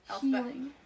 healing